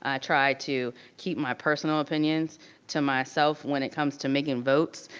ah try to keep my personal opinions to myself when it comes to making votes,